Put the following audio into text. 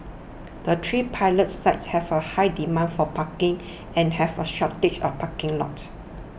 the three pilot sites have a high demand for parking and have a shortage of parking lots